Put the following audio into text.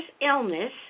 illness